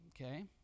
Okay